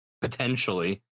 potentially